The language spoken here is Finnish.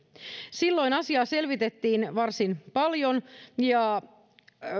silloin asiaa selvitettiin varsin paljon ja